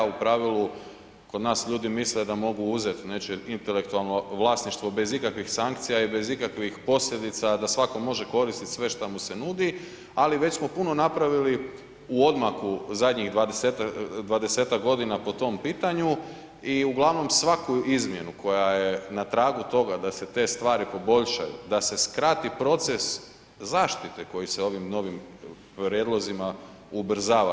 U pravili kod nas ljudi misle da mogu uzeti nečije intelektualno vlasništvo bez ikakvih sankcija i bez ikakvih posljedica, a da svako može koristit sve što mu se nudi, ali već smo puno napravili u odmaku zadnjih 20-tak godina po tom pitanju i uglavnom svaku izmjenu koja je na tragu toga da se te stvari poboljšaju, a se skrati proces zaštite koji se ovim novim prijedlozima ubrzava.